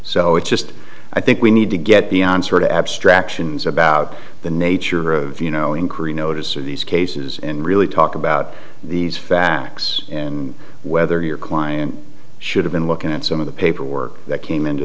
so it's just i think we need to get beyond sort of abstractions about the nature of you know increase notice of these cases and really talk about these facts and whether your client should have been looking at some of the paperwork that came into